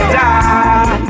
die